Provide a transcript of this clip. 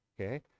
Okay